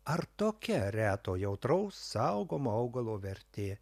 ar tokia reto jautraus saugomo augalo vertė